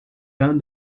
van